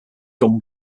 gun